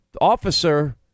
officer